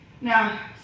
Now